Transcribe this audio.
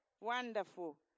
Wonderful